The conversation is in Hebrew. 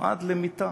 נועד למיתה,